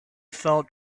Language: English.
felt